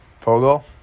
Fogel